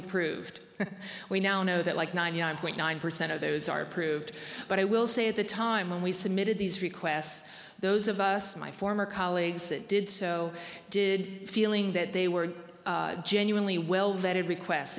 approved we now know that like ninety nine point nine percent of those are approved but i will say at the time when we submitted these requests those of us my former colleagues that did so did feeling that they were genuinely well vetted request